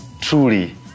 Truly